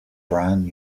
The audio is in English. brand